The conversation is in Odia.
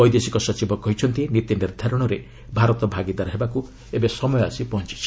ବୈଦେଶିକ ସଚିବ କହିଛନ୍ତି ନୀତି ନିର୍ଦ୍ଧାରଣରେ ଭାରତ ଭାଗିଦାର ହେବାକୁ ସମୟ ଆସି ପହଞ୍ଚୁଛି